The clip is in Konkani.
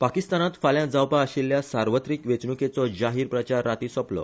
पाकिस्तानात फाल्या जावपा आशिल्ल्या सार्वत्रिक वेचणुकेचो जाहीर प्रचार राती सोपलो